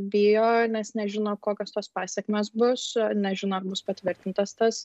bijo nes nežino kokios tos pasekmės bus nežino ar bus patvirtintas tas